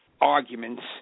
arguments